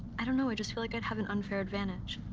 i don't know. i just feel like i'd have an unfair advantage.